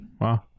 Wow